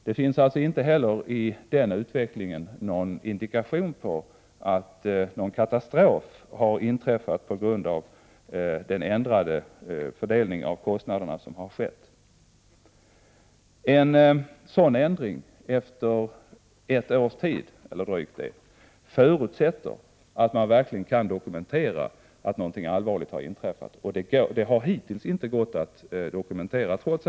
Det finns alltså inte heller i den utvecklingen någon indikation på att någon katastrof har inträffat på grund av den ändring i fördelningen av kostnaderna som har skett. En sådan ändring efter drygt ett års tid förutsätter att man verkligen kan dokumentera att någonting allvarligt har inträffat. Men det har hittills inte varit möjligt att dokumentera detta.